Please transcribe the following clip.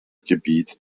gebiet